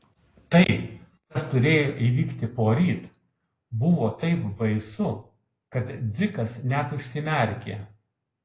tai kas turėjo įvykti poryt buvo taip baisu kad dzikas net užsimerkė